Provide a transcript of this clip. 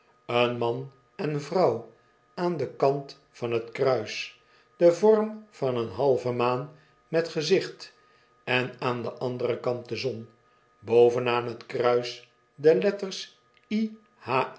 een man en vrouw aan den kant vii t kruis de vorm van eene halve maan met gezicht en aan den anderen kant de zon boven aan t kruis de letters